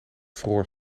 vroor